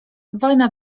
wojna